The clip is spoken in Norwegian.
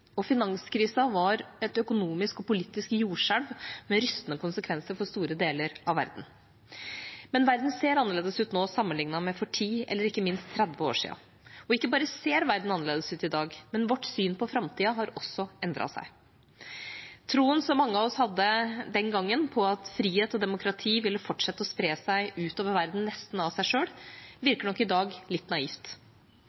var et økonomisk og politisk jordskjelv med rystende konsekvenser for store deler av verden. Men verden ser annerledes ut nå sammenliknet med for 10 eller ikke minst 30 år siden. Og ikke bare ser verden annerledes ut i dag, vårt syn på framtida har også endret seg. Troen som mange av oss hadde den gangen på at frihet og demokrati ville fortsette å spre seg utover verden nesten av seg